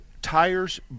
tires